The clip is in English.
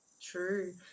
True